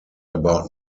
about